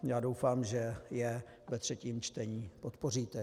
Já doufám, že je ve třetím čtení podpoříte.